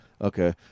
Okay